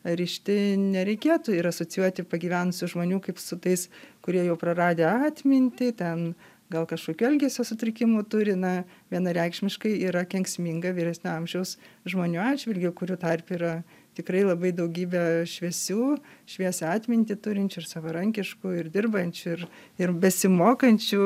rišti nereikėtų ir asocijuoti pagyvenusių žmonių kaip su tais kurie jau praradę atmintį ten gal kažkokių elgesio sutrikimų turi na vienareikšmiškai yra kenksminga vyresnio amžiaus žmonių atžvilgiu kurių tarpe yra tikrai labai daugybė šviesių šviesią atmintį turinčių ir savarankiškų ir dirbančių ir ir besimokančių